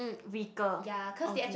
mm weaker okay